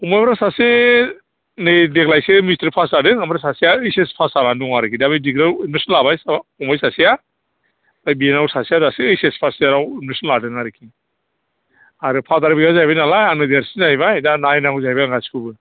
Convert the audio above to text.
फंबायफ्रा सासे नै देग्लायसो मेथ्रिक फास जादों ओमफ्राय सासेया ओइत्स एस फास जानानै दङ आरोखि दा बे दिग्रियाव एदमिसन लाबाय फंबाय सासेया ओमफ्राय बिनानाव सासेया दासो ओइत्स एस फार्स्ट इयाराव एदमिसन लादों आरोखि आरो फादार गैया जाहैबाय नालाय आंनो देरसिन जाहैबाय दा नायनांगौ जाहैबाय आं गासैखौबो